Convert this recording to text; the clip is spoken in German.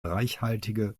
reichhaltige